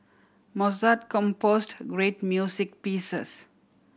Mozart composed great music pieces